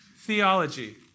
Theology